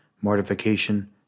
mortification